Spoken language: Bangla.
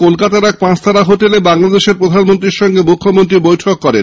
কলকাতার এক পাঁচতারা হোটেলে গত সন্ধ্যায় বাংলাদেশের প্রধানমন্ত্রীর সঙ্গে মুখ্যমন্ত্রীর বৈঠক করেন